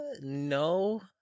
No